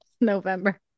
November